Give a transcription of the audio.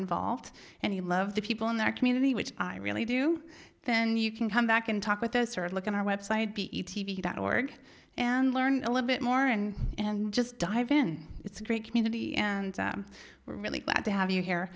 involved and you love the people in that community which i really do then you can come back and talk with us or look at our website be e t v dot org and learn a little bit more and and just dive in it's a great community and i am really glad to have you h